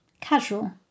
Casual